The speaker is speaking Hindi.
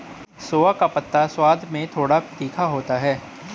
सोआ का पत्ता स्वाद में थोड़ा तीखा होता है